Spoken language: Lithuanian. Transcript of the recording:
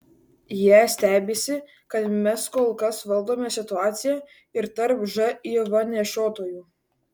jie stebisi kad mes kol kas valdome situaciją ir tarp živ nešiotojų